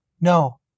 No